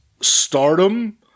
Stardom